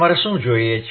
તમારે શું જોઈએ છે